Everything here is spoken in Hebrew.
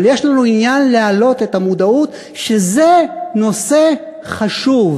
אבל יש לנו עניין להעלות את המודעות לכך שזה נושא חשוב,